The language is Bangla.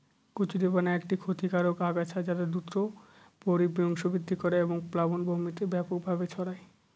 কচুরিপানা একটি ক্ষতিকারক আগাছা যা দ্রুত বংশবৃদ্ধি করে এবং প্লাবনভূমিতে ব্যাপকভাবে ছড়ায়